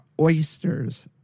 oysters